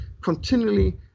continually